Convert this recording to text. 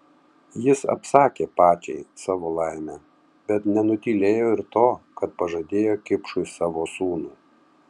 jis apsakė pačiai savo laimę bet nenutylėjo ir to kad pažadėjo kipšui savo sūnų